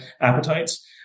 appetites